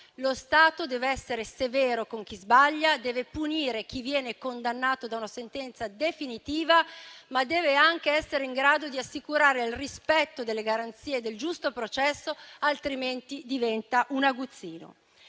lo Stato deve essere severo con chi sbaglia, deve punire chi viene condannato da una sentenza definitiva, ma deve anche essere in grado di assicurare il rispetto delle garanzie del giusto processo, altrimenti diventa un aguzzino.